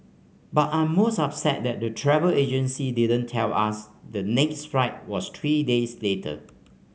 but I'm most upset that the travel agency didn't tell us the next flight was three days later